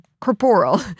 corporeal